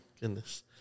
goodness